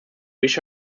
wish